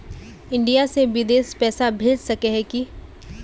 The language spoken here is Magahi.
इंडिया से बिदेश पैसा भेज सके है की?